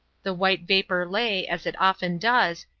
the white vapour lay, as it often does,